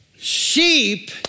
sheep